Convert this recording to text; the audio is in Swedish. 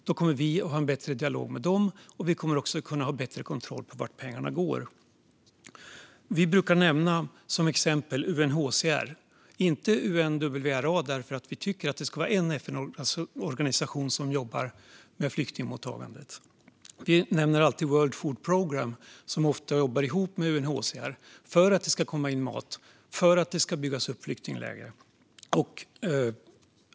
Då kommer vi att ha en bättre dialog med dem, och vi kommer också att ha bättre kontroll på vart pengarna går. Vi brukar som exempel nämna UNHCR och inte UNRWA, därför att vi tycker att det ska vara en FN-organisation som jobbar med flyktingmottagandet. Vi nämner alltid World Food Programme som ofta jobbar ihop med UNHCR för att det ska komma in mat och för att det ska byggas upp flyktingläger.